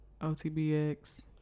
OTBX